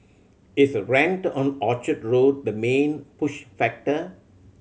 is rent on Orchard Road the main push factor